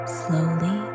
slowly